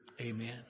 Amen